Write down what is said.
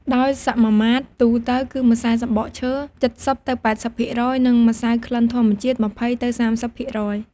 ដោយសមាមាត្រទូទៅគឺម្សៅសំបកឈើ ៧០ ទៅ ៨០% និង ម្សៅក្លិនធម្មជាតិ ២០ ទៅ ៣០%។